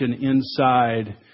inside